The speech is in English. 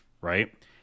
Right